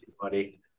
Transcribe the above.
buddy